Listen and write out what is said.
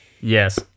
Yes